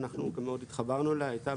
שאנחנו מאוד התחברנו אליה,